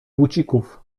bucików